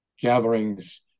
gatherings